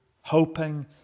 hoping